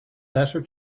better